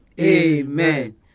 Amen